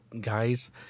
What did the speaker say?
guys